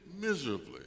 miserably